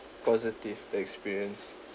positive experience